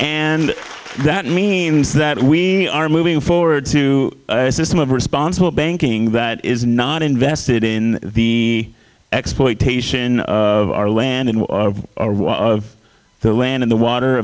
and that means that we are moving forward to a system of responsible banking that is not invested in the exploitation of our land and our war of the land in the water